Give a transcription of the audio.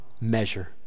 measure